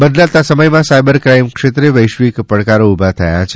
બદલાતા સમયમાં cyber crime ક્ષેત્રે વૈશ્વિક પડકારો ઉભા થયા છે